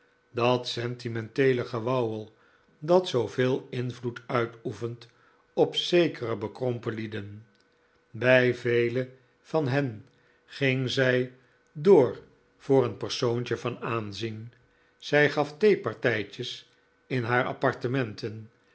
dat sentimenteele gewauwel dat zooveel invloed uitoefent op zekere bekrompen lieden bij vele van hen ging zij door voor een persoontje van aanzien zij gaf theepartijtjes in haar appartementen